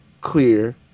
clear